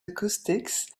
acoustics